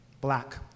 black